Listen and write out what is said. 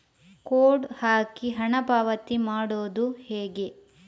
Code ಹಾಕಿ ಹಣ ಪಾವತಿ ಮಾಡೋದು ಹೇಗೆ?